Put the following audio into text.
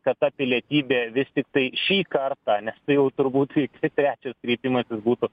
kad ta pilietybė vis tiktai šį kartą nes tai jau turbūt į kve trečias kreipimasis būtų